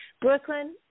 Brooklyn